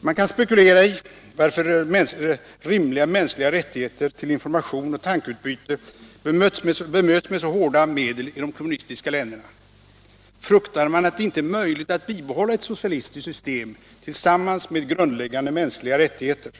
Vi kan spekulera i, varför rimliga mänskliga rättigheter till information och tankeutbyte bemöts med så hårda medel i de kommunistiska länderna. Fruktar man att det inte är möjligt att bibehålla ett socialistiskt system tillsammans med grundläggande mänskliga rättigheter?